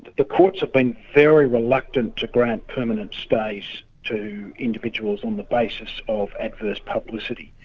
the courts have been very reluctant to grant permanent stays to individuals on the basis of adverse publicity.